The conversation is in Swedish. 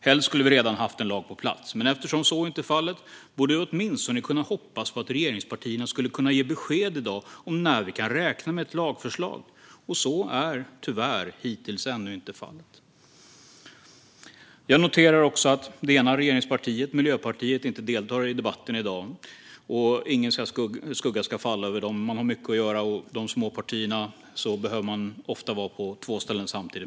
Helst skulle vi redan ha haft en lag på plats, men eftersom så inte är fallet borde vi åtminstone ha kunnat hoppas på att regeringspartierna skulle kunna ge besked i dag om när vi kan räkna med ett lagförslag. Så är tyvärr hittills ännu inte fallet. Jag noterar också att företrädare för det ena regeringspartiet, Miljöpartiet, inte deltar i debatten i dag. Ingen skugga ska falla över dem. De har mycket att göra. I de små partierna behöver de ofta vara på två ställen samtidigt.